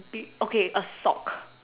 be okay a sock